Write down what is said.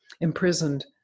imprisoned